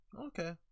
okay